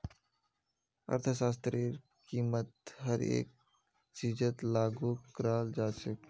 अर्थशास्त्रतेर कीमत हर एक चीजत लागू कराल जा छेक